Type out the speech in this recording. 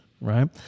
right